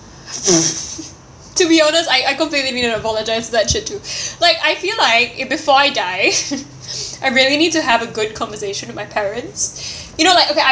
to be honest I I completely need to apologise to that shit too like I feel like if before I die I really need to have a good conversation with my parents you know like okay I